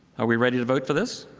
are we ready to vote for this?